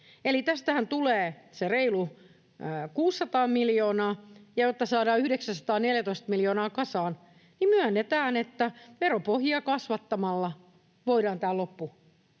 tästähän tulee se reilu 600 miljoonaa, ja jotta saadaan 914 miljoonaa kasaan, myönnetään, että veropohjia kasvattamalla voidaan tämä loppu